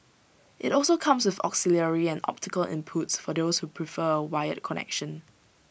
IT also comes with auxiliary and optical inputs for those who prefer A wired connection